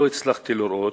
לא הצלחתי לראות.